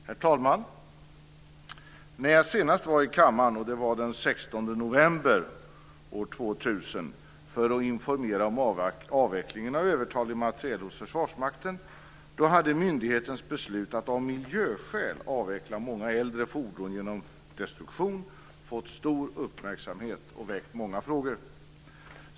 Herr talman! När jag senast var i kammaren för att informera om avvecklingen av övertalig materiel hos Försvarsmakten, den 16 november 2000, hade myndighetens beslut att av miljöskäl avveckla många äldre fordon genom destruktion fått stor uppmärksamhet och väckt många frågor.